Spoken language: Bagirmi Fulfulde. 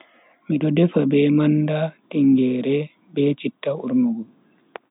Mido defa be manda, tingeere be citta urnugo.